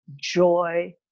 joy